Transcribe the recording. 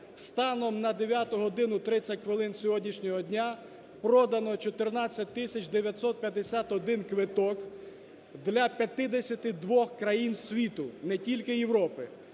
Станом на 9 годину 30 хвилин сьогоднішнього дня продано 14 тисяч 951 квиток для 52 країн світу, не тільки Європи.